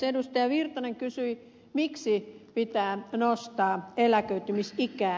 erkki virtanen kysyi miksi pitää nostaa eläköitymisikää